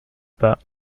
pas